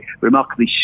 remarkably